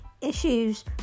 issues